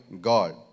God